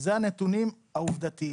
זה הנתונים העובדתיים.